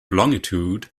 longitude